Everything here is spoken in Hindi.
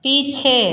पीछे